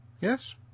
yes